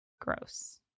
Gross